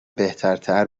بهترتر